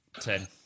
Ten